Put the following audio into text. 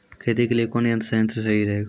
खेती के लिए कौन कौन संयंत्र सही रहेगा?